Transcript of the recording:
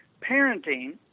parenting